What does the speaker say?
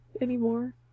anymore